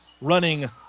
running